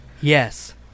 Yes